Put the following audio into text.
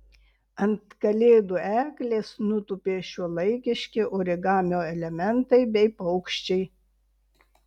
ant kalėdų eglės nutūpė šiuolaikiški origamio elementai bei paukščiai